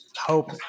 hope